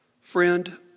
Friend